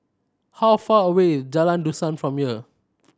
how far away Jalan Dusan from here